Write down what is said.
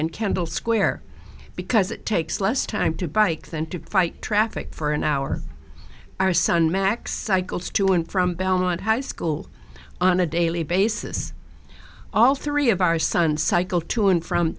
kendall square because it takes less time to bike than to fight traffic for an hour our son max cycles to and from belmont high school on a daily basis all three of our son cycle to and from